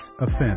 Offense